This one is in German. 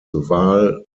val